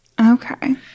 Okay